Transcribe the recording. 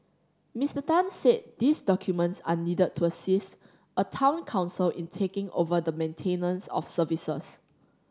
Mister Tan said these documents are needed to assist a Town Council in taking over the maintenance of services